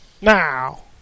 Now